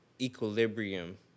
equilibrium